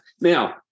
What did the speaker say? Now